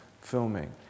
filming